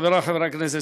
חברי חברי הכנסת,